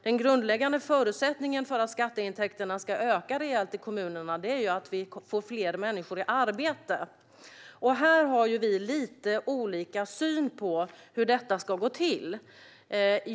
Den grundläggande förutsättningen för att skatteintäkterna ska öka rejält i kommunerna är att vi får fler människor i arbete. Här har vi lite olika syn på hur det ska gå till.